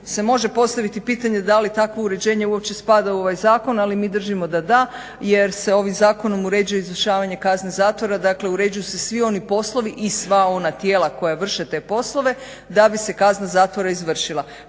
se može postaviti pitanje da li takvo uređenje uopće spada u ovaj zakon ali mi držimo da da jer se ovim zakonom uređuje izvršavanje kazne zakona, dakle uređuju se svi oni poslovi i sva ona tijela koja vrše te poslove da bi se kazna zatvora izvršila.